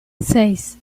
seis